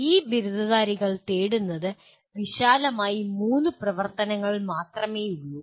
ഈ ബിരുദധാരികൾ തേടുന്നത് വിശാലമായി മൂന്ന് പ്രവർത്തനങ്ങൾ മാത്രമേയുള്ളൂ